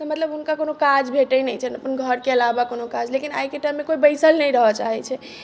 तऽ मतलब हुनका कोनो काज भेटैत नहि छनि अपन घरके अलावा कोनो काज लेकिन आइके टाइममे तऽ कोइ बैसल नहि रहय चाहैत छै